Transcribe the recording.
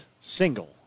single